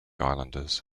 islanders